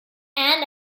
and